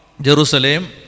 Jerusalem